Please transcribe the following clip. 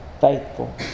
faithful